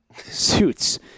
suits